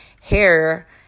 hair